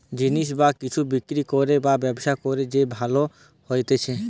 জিনিস বা কিছু বিক্রি করে বা ব্যবসা করে যে লাভ হতিছে